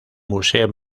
museo